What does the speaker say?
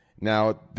Now